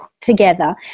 together